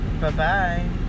Bye-bye